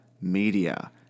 media